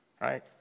right